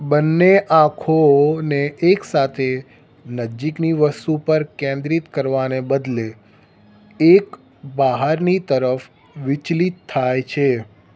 બંને આંખોને એકસાથે નજીકની વસ્તુ પર કેન્દ્રિત કરવાને બદલે એક બહારની તરફ વિચલિત થાય છે